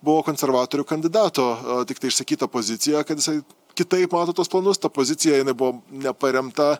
buvo konservatorių kandidato tiktai išsakyta pozicija kad jisai kitaip mato tuos planus ta pozicija jinai buvo neparemta